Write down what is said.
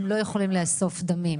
הם לא יכולים לאסוף דמים.